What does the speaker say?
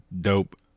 dope